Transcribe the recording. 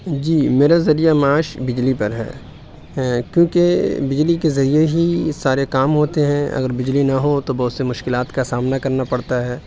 جی میرا ذریعہ معاش بجلی پر ہے کیونکہ بجلی کے ذریعے ہی سارے کام ہوتے ہیں اگر بجلی نہ تو بہت سے مشکلات کا سامنا کرنا پڑتا ہے